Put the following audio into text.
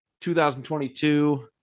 2022